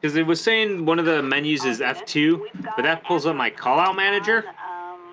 because they was saying one of the men uses f two but that pulls on my call-out manager